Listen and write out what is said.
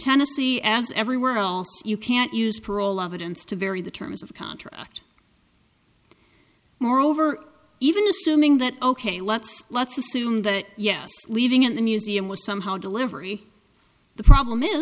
tennessee as everywhere else you can't use parol evidence to vary the terms of contract moreover even assuming that ok let's let's assume that yes leaving in the museum was somehow delivery the problem is